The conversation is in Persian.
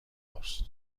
است